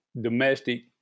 domestic